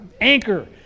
Anchor